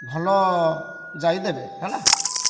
ଭଲ ଯାଇଦେବେ ହେଲା